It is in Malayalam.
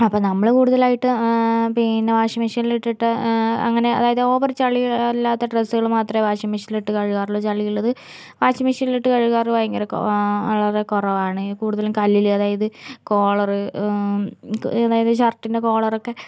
അപ്പോൾ നമ്മള് കൂടുതലായിട്ട് പിന്നെ വാഷിംഗ് മിഷിനിലിട്ടിട്ട് അങ്ങനെ അതായത് ഓവർ ചെളി അല്ലാത്ത ഡ്രെസ്സുകള് മാത്രമേ വാഷിംഗ് മിഷിനിലിട്ട് കഴുകാറുള്ളു ചളിയുള്ളത് വാഷിംഗ് മിഷിനിലിട്ട് കഴുകാറ് ഭയങ്കര വളരെ കുറവാണ് കൂടുതലും കല്ലില് അതായത് കോളറ് അതായത് ഷർട്ടിൻ്റെ കൊളറൊക്കെ